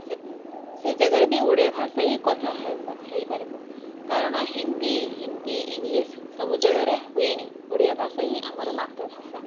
ସେ ସେ ଜାଗାରେ ବି ଓଡ଼ିଆ ଭାଷା ହିଁ କଥା ହେଇପାରିବୁ କାରଣ ହିନ୍ଦୀ ହିନ୍ଦୀ ଇଂଲିଶ୍ ସବୁ ଜାଗାରେ ହୁଏନି ଓଡ଼ିଆ ଭାଷା ହିଁ ଆମର ମାତୃଭାଷା